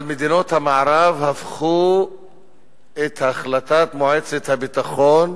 אבל מדינות המערב הפכו את החלטת מועצת הביטחון